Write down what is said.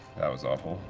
that was awful.